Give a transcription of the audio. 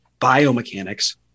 biomechanics